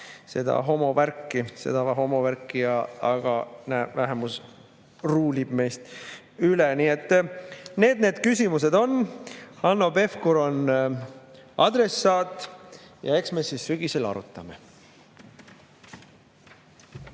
seda homovärki, aga vähemus [rullib] meist üle. Nii et need need küsimused on. Hanno Pevkur on adressaat. Eks me siis sügisel arutame.